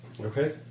Okay